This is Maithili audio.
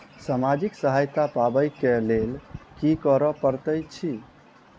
सामाजिक सहायता पाबै केँ लेल की करऽ पड़तै छी?